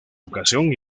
ocasión